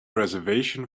reservation